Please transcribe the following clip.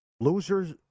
Losers